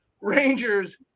Rangers